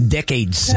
Decades